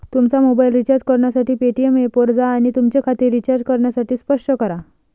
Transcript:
तुमचा mobile recharge करण्यासाठी Paytm ऐपवर जा आणि तुमचे खाते रिचार्ज करण्यासाठी स्पर्श करा